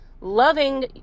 Loving